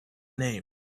name